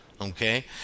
okay